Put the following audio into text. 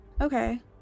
Okay